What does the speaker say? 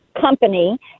company